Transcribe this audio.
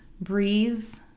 breathe